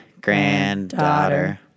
granddaughter